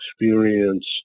experience